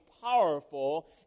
powerful